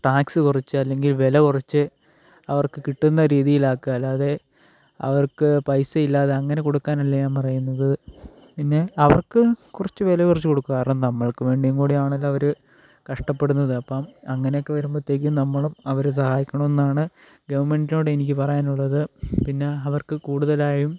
tax കുറച്ച് അല്ലെങ്കിൽ വില കുറച്ച് അവർക്ക് കിട്ടുന്ന രീതിയിലാക്കുക അല്ലാതെ അവർക്ക് പൈസ ഇല്ലാതെ അങ്ങനെ കൊടുക്കാനല്ല ഞാൻ പറയുന്നത് പിന്നെ അവർക്ക് കുറച്ച് വില കുറച്ച് കൊടുക്കാം കാരണം നമുക്ക് വേണ്ടിയും കൂടിയാണല്ലോ അവർ കഷ്ടപ്പെടുന്നത് അപ്പം അങ്ങനെയൊക്കെ വരുമ്പോഴേക്കും നമ്മളും അവരെ സഹായിക്കണം എന്നാണ് ഗവർണ്മെൻറ്റിനോട് എനിക്ക് പറയാനുള്ളത് പിന്നെ അവർക്ക് കൂടുതലായും